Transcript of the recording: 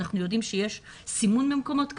אנחנו יודעים שיש סימון במקומות כאלה,